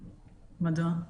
מדוע?